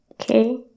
Okay